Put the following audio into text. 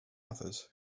others